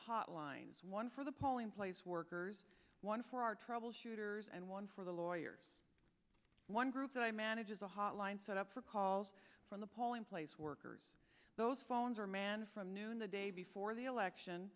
hotlines one for the polling place workers one for our troubleshooters and one for the lawyers one group that i manage is a hotline set up for calls from the polling place workers those phones are man from noon the day before the election